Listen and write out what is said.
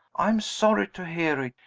i am sorry to hear it.